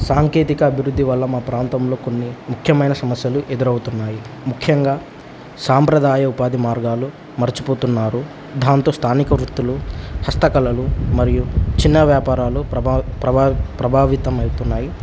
సాంకేతిక అభివృద్ధి వల్ల మా ప్రాంతంలో కొన్ని ముఖ్యమైన సమస్యలు ఎదురవుతున్నాయి ముఖ్యంగా సాంప్రదాయ ఉపాధి మార్గాలు మర్చిపోతున్నారు దాంతో స్థానిక వృత్తులు హస్తకళలు మరియు చిన్న వ్యాపారాలు ప్రభావితం అవుతున్నాయి